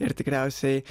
ir tikriausiai